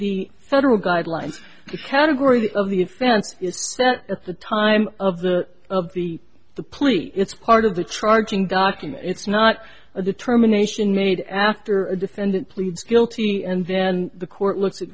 the federal guidelines the category of the offense is that at the time of the of the the plea it's part of the charging document it's not a determination made after a defendant pleads guilty and then the court looks at